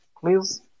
please